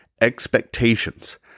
expectations